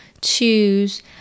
choose